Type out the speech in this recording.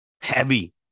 Heavy